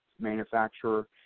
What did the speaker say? manufacturer